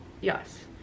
yes